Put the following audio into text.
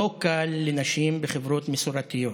לא קל לנשים בחברות מסורתיות,